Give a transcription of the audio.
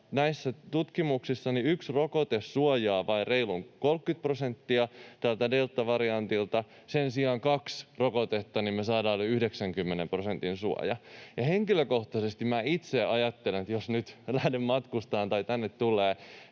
Näissä tutkimuksissa yksi rokote suojaa vain reilun 30 prosenttia tältä deltavariantilta, sen sijaan kahdella rokotteella me saamme yli 90 prosentin suojan. Henkilökohtaisesti minä itse ajattelen, että jos nyt lähden matkustamaan tai tänne tulen,